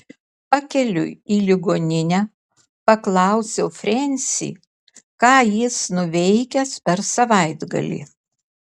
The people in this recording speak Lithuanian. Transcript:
pakeliui į ligoninę paklausiau frensį ką jis nuveikęs per savaitgalį